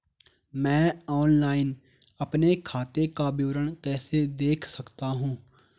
मैं ऑनलाइन अपने खाते का विवरण कैसे देख सकता हूँ?